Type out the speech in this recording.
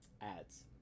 ads